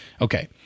Okay